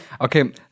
Okay